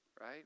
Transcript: right